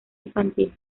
infantil